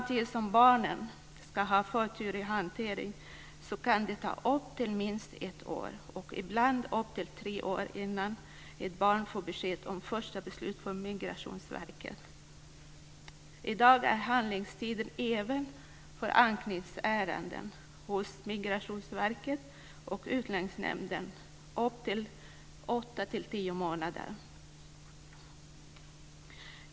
Trots att barnen ska ha förtur i hanteringen kan det ta ett år och ibland upp till tre år innan ett barn får besked om första beslut från Migrationsverket. Handläggningstiden inom Migrationsverket och Utlänningsnämnden för anknytningsärenden är i dag upp till åtta till tio månader.